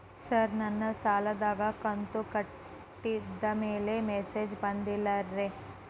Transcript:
sir ನನ್ನ ಸಾಲದ ಕಂತು ಕಟ್ಟಿದಮೇಲೆ ಮೆಸೇಜ್ ಬಂದಿಲ್ಲ ರೇ